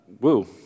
Woo